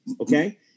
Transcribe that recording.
okay